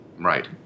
Right